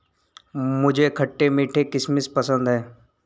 मुझे खट्टे मीठे किशमिश पसंद हैं